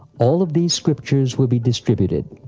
all of these scriptures will be distributed.